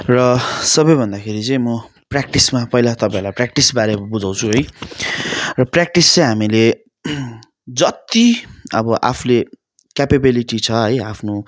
र सबै भन्दाखेरि चाहिँ म प्र्याक्टिसमा पहिला तपाईँहरूलाई प्र्याक्टिसबारे बुझाउँछु है र प्र्याक्टिस चाहिँ हामीले जति अब आफूले क्यापेबेलिटी छ है आफ्नो